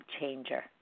changer